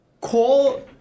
call